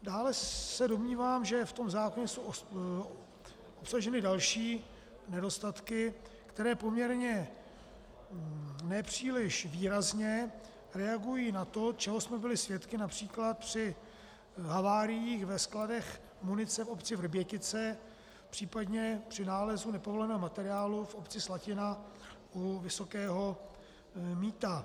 Dále se domnívám, že v tom zákoně jsou obsaženy další nedostatky, které poměrně nepříliš výrazně reagují na to, čeho jsme byli svědky například při haváriích ve skladech munice v obci Vrbětice, případně při nálezu nepovoleného materiálu v obci Slatina u Vysokého Mýta.